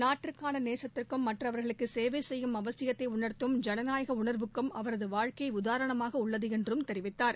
நாட்டிற்காள நேசத்திற்கும் மற்றவர்களுக்கு சேவை செய்யும் அவசியத்தை உணர்த்தும் ஜனநாயக உணர்வுக்கும் அவரது வாழ்க்கை உதாரணமாக உள்ளது என்றும் தெரிவித்தார்